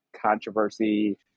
controversy